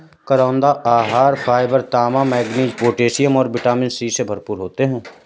करौंदा आहार फाइबर, तांबा, मैंगनीज, पोटेशियम और विटामिन सी से भरपूर होते हैं